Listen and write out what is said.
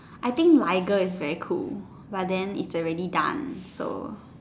I think lager is very cool but then is already done so